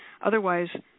otherwise